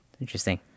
Interesting